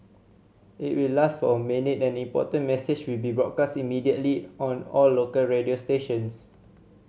it will last for a minute and an important message will be broadcast immediately on all local radio stations